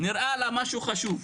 נראה לה משהו חשוב.